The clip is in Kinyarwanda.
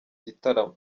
gitaramo